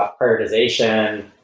ah prioritization,